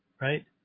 right